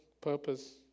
purpose